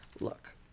Look